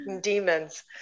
Demons